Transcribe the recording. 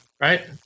Right